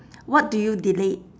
what do you delete